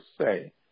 say